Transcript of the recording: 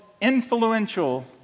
influential